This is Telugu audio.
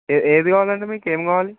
ఏ ఏది కావాలండీ మీకు ఏం కావాలి